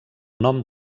nom